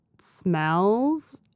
smells